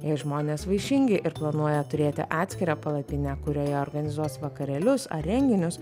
jei žmonės vaišingi ir planuoja turėti atskirą palapinę kurioje organizuos vakarėlius ar renginius